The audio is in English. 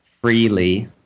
freely